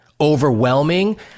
Overwhelming